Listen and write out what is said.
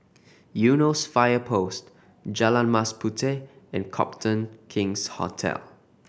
Eunos Fire Post Jalan Mas Puteh and Copthorne King's Hotel